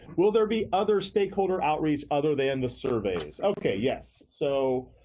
will there be other stakeholder outreach other than the survey. okay yes, so